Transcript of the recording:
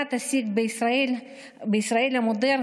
חגיגת הסיגד בישראל המודרנית